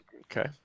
Okay